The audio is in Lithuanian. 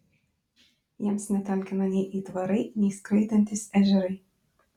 jiems netalkina nei aitvarai nei skraidantys ežerai